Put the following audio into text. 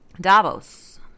Davos